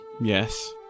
yes